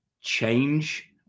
change